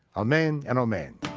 amen, and amen.